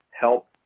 help